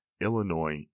Illinois